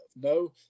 No